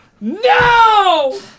No